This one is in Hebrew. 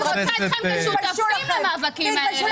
רוצה אתכם כשותפים למאבקים האלה.